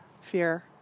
fear